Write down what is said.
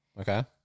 Okay